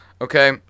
okay